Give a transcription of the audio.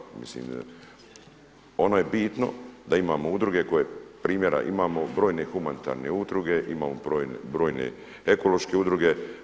Mislim ono je bitno da imamo udruge koje primjera imamo brojne humanitarne udruge, imamo brojne ekološke udruge.